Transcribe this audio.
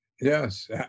Yes